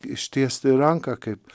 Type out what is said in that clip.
ištiesti ranką kaip